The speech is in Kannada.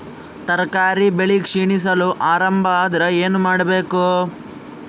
ತರಕಾರಿ ಬೆಳಿ ಕ್ಷೀಣಿಸಲು ಆರಂಭ ಆದ್ರ ಏನ ಮಾಡಬೇಕು?